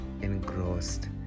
engrossed